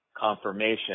confirmation